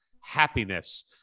happiness